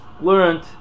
learned